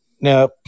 Now